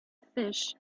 fish